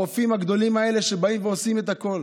הרופאים הגדולים האלה, שבאים ועושים את הכול.